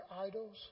idols